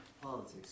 politics